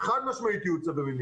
חד משמעית יהיו צווי מניעה.